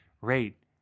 Rate